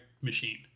machine